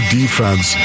defense